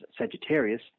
Sagittarius